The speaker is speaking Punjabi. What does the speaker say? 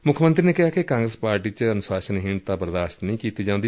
ਮੁੱਖ ਮੰਤਰੀ ਨੇ ਕਿਹਾ ਕਿ ਕਾਂਗਰਸ ਪਾਰਟੀ ਵਿਚ ਅਨੁਸ਼ਾਸਨਹੀਣਤਾ ਬਰਦਾਸ਼ਤ ਨਹੀਂ ਕੀਤੀ ਜਾਂਦੀ